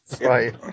Right